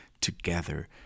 together